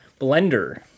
blender